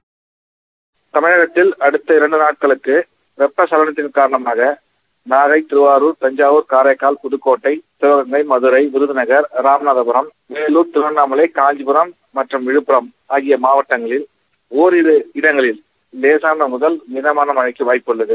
voice bite Puviyarasan விநாடிகள் தமிழகத்தில் அடுத்த இரண்டு நாட்களுக்கு வெப்ப சலனத்தின் காரணமாக நாகை திருவாருர் தஞ்சாவூர் காரைக்கால் புதுக்கோட்டை சிவகங்கை மதுரை விருதுநகர் இராமநாதபுரம் வேலூர் திருவண்ணாமலை காஞ்சிபுரம் மற்றும் விழுப்புரம் ஆகிய மாவட்டங்களில் ஓரிரு இடங்களில் லேசானது முதல் மிதமான மழைக்கு வாய்ப்புள்ளது